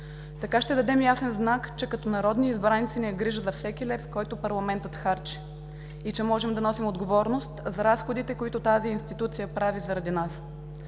Така ще дадем ясен знак, че като народни избраници ни е грижа за всеки лев, който парламентът харчи и че можем да носим отговорност за разходите, които тази институция прави заради нас.